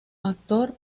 actor